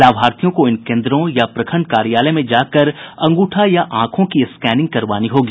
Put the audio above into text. लाभार्थियों को इन केन्द्रों या प्रखंड कार्यालय में जाकर अंगूठा या आंखों की स्कैनिंग करवानी होगी